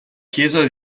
chiesa